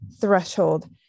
threshold